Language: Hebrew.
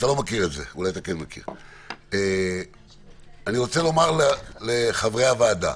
אני רוצה לומר לחברי הוועדה: